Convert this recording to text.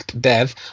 dev